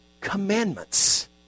Commandments